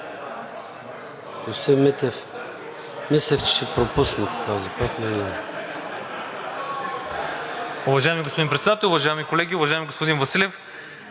Господин Митев, мислех, че ще пропуснете този път,